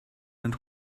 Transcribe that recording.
and